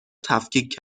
تفکیک